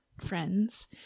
friends